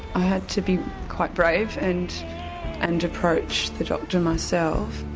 i had to be quite brave and and approach the doctor myself.